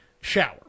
shower